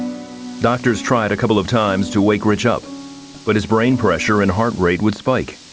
doctors tried a couple of times to wake rich up but his brain pressure and heart rate would spike,